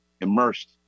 immersed